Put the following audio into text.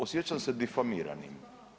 Osjećam se difamiranim.